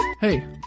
Hey